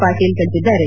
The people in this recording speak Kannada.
ಪಾಟೀಲ್ ತಿಳಿಸಿದ್ದಾರೆ